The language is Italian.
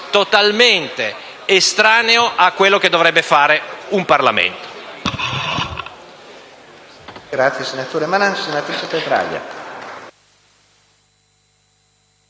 totalmente estranea a quel che dovrebbe approvare un Parlamento.